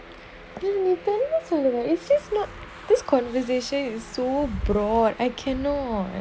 this is not this conversation is so broad I can know